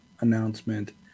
announcement